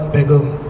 Begum